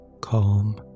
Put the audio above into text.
calm